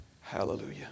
hallelujah